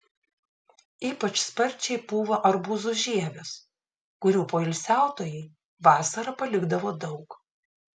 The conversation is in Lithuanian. ypač sparčiai pūva arbūzų žievės kurių poilsiautojai vasarą palikdavo daug